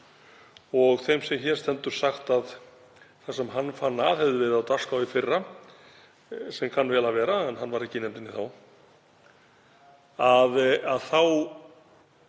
og þeim sem hér stendur sagt að það sem hann fann að hefði verið á dagskrá í fyrra, sem kann vel að vera en hann var ekki í nefndinni þá, þá